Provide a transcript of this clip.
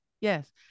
yes